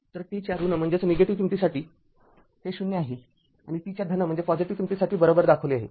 तर t च्या ऋण किंमतीसाठी हे ० आहे आणि t च्या धन किंमतीसाठी बरोबर दाखवले आहे